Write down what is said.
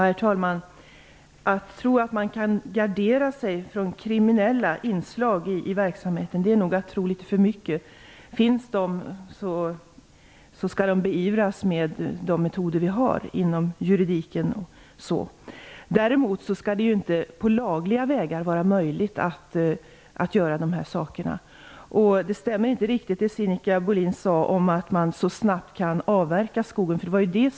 Herr talman! Att tro att man kan gardera sig från kriminella inslag i verksamheten är nog att tro litet för mycket. Finns sådana skall de beivras med de metoder vi har inom juridiken. Däremot skall det inte på lagliga vägar vara möjligt att göra dessa saker. Det som Sinikka Bohlin sade om att man så snabbt kan avverka skogen stämmer inte riktigt.